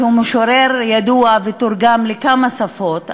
שהוא משורר ידוע ותורגם לכמה שפות,